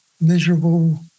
miserable